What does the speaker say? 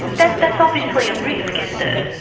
that's that's obviously a risk isn't it?